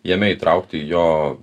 jame įtraukti jo